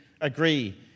agree